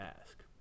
ask